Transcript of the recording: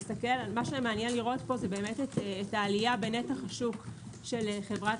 מעניין לראות פה את העלייה בנתח השוק של חברת